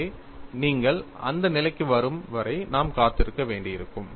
எனவே நீங்கள் அந்த நிலைக்கு வரும் வரை நாம் காத்திருக்க வேண்டியிருக்கும்